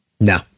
No